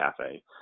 cafe